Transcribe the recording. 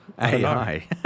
AI